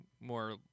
more